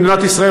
במדינת ישראל,